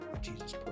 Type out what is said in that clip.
Jesus